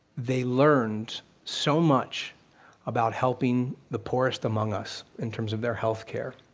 they learned so much about helping the poorest among us, in terms of their health care,